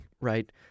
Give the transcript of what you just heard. right